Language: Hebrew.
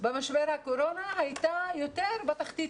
במשבר הקורונה הייתה יותר בתחתית,